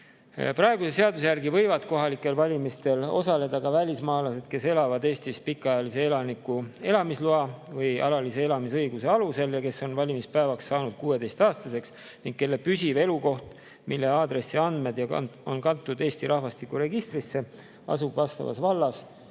Praeguse seaduse järgi võivad kohalikel valimistel osaleda ka välismaalased, kes elavad Eestis pikaajalise elaniku elamisloa või alalise elamisõiguse alusel ja kes on valimispäevaks saanud 16‑aastaseks ning kelle püsiv elukoht, mille aadressiandmed on kantud Eesti rahvastikuregistrisse, asub vastavas vallas